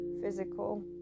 physical